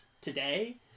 today